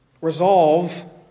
resolve